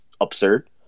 absurd